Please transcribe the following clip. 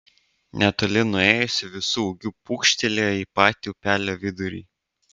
netoli nuėjusi visu ūgiu pūkštelėjo į patį upelio vidurį